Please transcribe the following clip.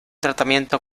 tratamiento